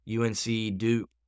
UNC-Duke